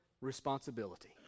responsibility